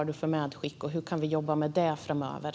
Vad har du för medskick, och hur kan vi jobba med detta framöver?